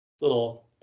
Little